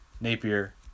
Napier